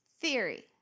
Theory